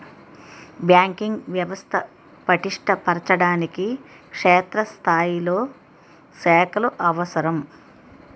banking వ్యవస్థ పటిష్ట పరచడానికి క్షేత్రస్థాయిలో శాఖలు అవసరం